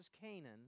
Canaan